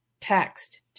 text